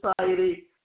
society